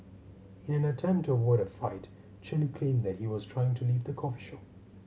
in an attempt to avoid a fight Chen claimed that he was trying to leave the coffee shop